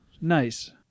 Nice